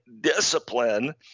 discipline